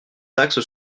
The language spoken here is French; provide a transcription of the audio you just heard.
taxe